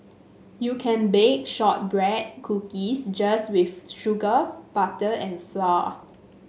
you can bake shortbread cookies just with sugar butter and flour